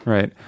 Right